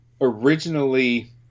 originally